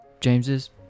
James's